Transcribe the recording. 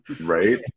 Right